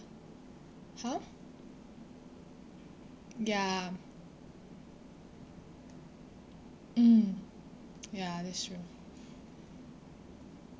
!huh! ya mm ya that's true